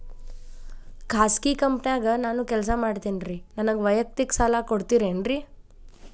ಖಾಸಗಿ ಕಂಪನ್ಯಾಗ ನಾನು ಕೆಲಸ ಮಾಡ್ತೇನ್ರಿ, ನನಗ ವೈಯಕ್ತಿಕ ಸಾಲ ಕೊಡ್ತೇರೇನ್ರಿ?